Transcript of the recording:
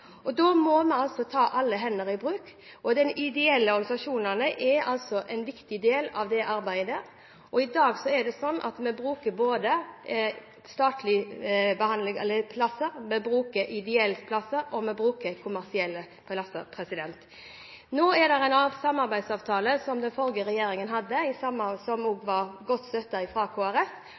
Da må vi ta alle hender i bruk. De ideelle organisasjonene er en viktig del av det arbeidet. I dag er det slik at vi bruker både statlige plasser, ideelle plasser og kommersielle plasser. Nå gjelder en samarbeidsavtale, som den forrige regjeringen inngikk, og som var støttet av Kristelig Folkeparti, om at man først skal bruke de statlige, så de ideelle og